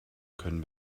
können